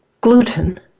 gluten